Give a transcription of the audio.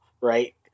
Right